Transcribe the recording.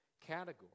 category